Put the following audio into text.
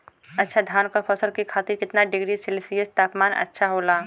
अच्छा धान क फसल के खातीर कितना डिग्री सेल्सीयस तापमान अच्छा होला?